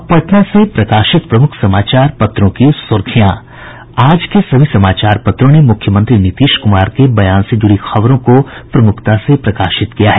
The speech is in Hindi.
अब पटना से प्रकाशित प्रमुख समाचार पत्रों की सुर्खियां आज के सभी समाचार पत्रों ने मुख्यमंत्री नीतीश कुमार के बयान से जुड़ी खबरों को प्रमुखता से प्रकाशित किया है